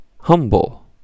humble